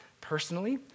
personally